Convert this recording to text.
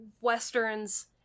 westerns